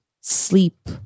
sleep